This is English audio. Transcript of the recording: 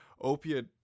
opiate